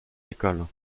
écoles